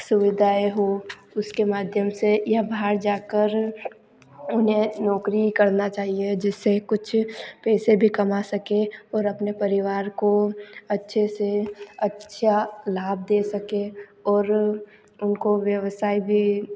सुविधाएँ हो उसके माध्यम से या बाहर जा कर हमें नौकरी करना चाहिए जिससे कुछ पैसे भी कमा सकें अपने परिवार को अच्छे से अच्छा लाभ दे सकें और उनको व्यवसाय भी